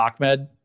Ahmed